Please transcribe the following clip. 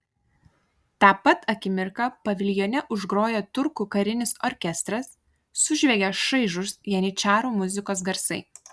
tą pat akimirką paviljone užgroja turkų karinis orkestras sužviegia šaižūs janyčarų muzikos garsai